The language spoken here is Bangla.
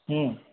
হুম